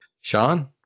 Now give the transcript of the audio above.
Sean